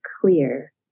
clear